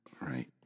right